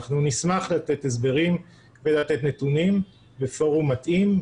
אנחנו נשמח לתת הסברים ולתת נתונים בפורום מתאים.